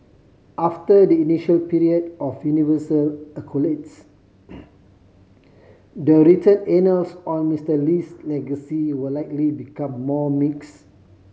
after the initial period of universal accolades the written annals on Mister Lee's legacy will likely become more mix